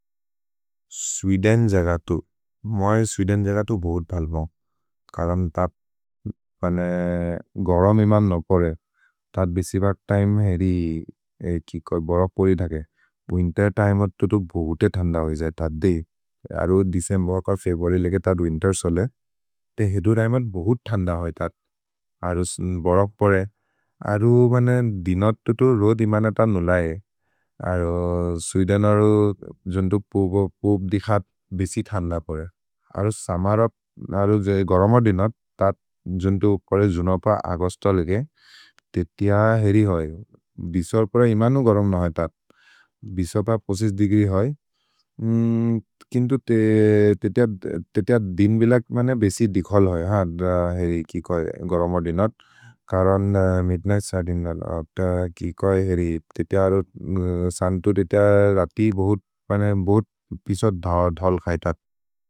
स्वेदेन् जगतु, मोइ स्वेदेन् जगतु बहुत् भल्बम्, करन् त पने गरम् इमन् नोपोरे, तद् बिसि बर् तिमे हेरि बरक् पोरि धगे। विन्तेर् त इमत् तुतु बहुते थन्द होइ जये, तद् दि अरु देचेम्बेर् कर् फेब्रुअर्य् लेके तद् विन्तेर् सोले, ते हेदुर् इमत् बहुत् थन्द होइ तद्। अरु बरक् पोरे, अरु बने दिन तुतु रोध् इमन त नुलए, अरु स्वेदेन् अरु जन्तु पोप् दि खत् बिसि थन्द पोरे, अरु समर। अरु गरम दिन, तद् जन्तु करे जुनप अगस्त लेके, ते तिअ हेरि होइ, बिसोर् पर इमनु गरम् नहि तद्, बिसोर् प पोसिस् दिग्रि होइ। किन्तु ते तिअ दिन् विलग् बेसि दिखल् होइ, हेरि कि कोइ गरम दिन, करन् मिद्निघ्त् सर्दिनर् अगस्त कि कोइ हेरि ते तिअ जन्तु। ते तिअ रति बहुत् पिसोर् धल् खै तद्।